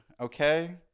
okay